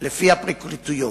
לפי הפרקליטויות.